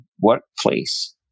workplace